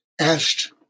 asked